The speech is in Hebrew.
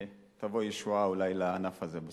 ותבוא ישועה אולי לענף הזה בסוף.